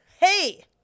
hey